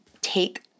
take